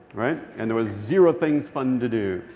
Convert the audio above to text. right? and there was zero things fun to do.